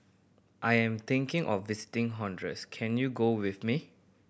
I am thinking of visiting Honduras can you go with me